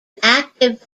active